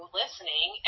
listening